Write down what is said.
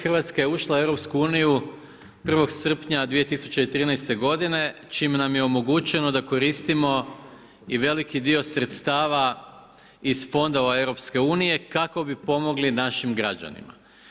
Hrvatska je ušla u EU 01. srpnja 2013., čime nam je omogućeno da koristimo i veliki dio sredstava iz fondova EU kako bi pomogli našim građanima.